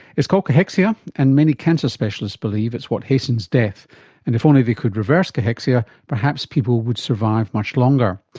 it's called cachexia and many cancer specialists believe it's what hastens death and if only they could reverse cachexia, perhaps people would survive much longer.